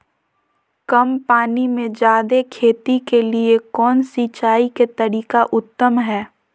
कम पानी में जयादे खेती के लिए कौन सिंचाई के तरीका उत्तम है?